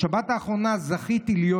בשבת האחרונה זכיתי להיות,